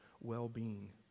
well-being